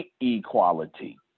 equality